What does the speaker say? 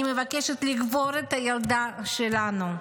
אני מבקשת לקבור את הילדה שלנו,